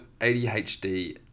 ADHD